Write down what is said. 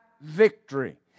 victory